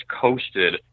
coasted